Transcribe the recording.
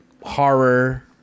horror